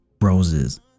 roses